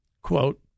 Quote